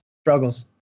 struggles